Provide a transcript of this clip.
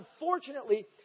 unfortunately